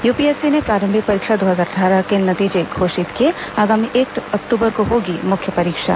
UPSC ने प्रारंभिक परीक्षा दो हजार अट्ठारह के नतीजे घोषित किए आगामी एक अक्टूबर को होगी मुख्य परीक्षा